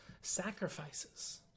sacrifices